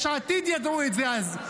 יש עתיד ידעו את זה אז,